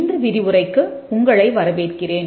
இந்த விரிவுரைக்கு உங்களை வரவேற்கிறேன்